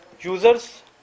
users